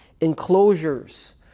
enclosures